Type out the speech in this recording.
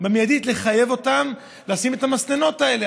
צריך לחייב אותם לשים את המסננים האלה.